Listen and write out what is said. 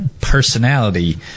personality